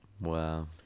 Wow